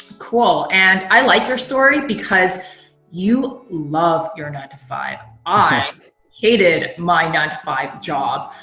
cool, and i like your story because you love your nine to five. i hated my nine to five job.